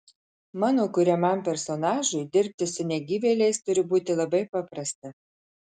mano kuriamam personažui dirbti su negyvėliais turi būti labai paprasta